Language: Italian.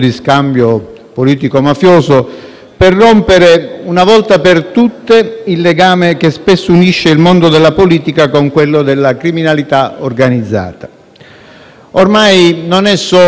per rompere, una volta per tutte, il legame che spesso unisce il mondo della politica con quello della criminalità organizzata. Ormai, non è solo la dazione del danaro